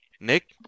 Nick